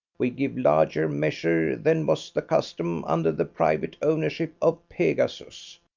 we give larger measure than was the custom under the private ownership of pegasus.